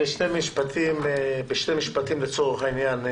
בשני משפטים, לצורך העניין.